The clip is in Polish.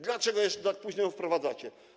Dlaczego tak późno ją wprowadzacie?